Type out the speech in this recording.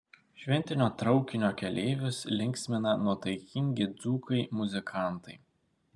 šventinio traukinio keleivius linksmina nuotaikingi dzūkai muzikantai